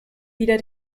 wieder